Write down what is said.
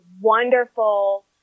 wonderful